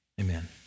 amen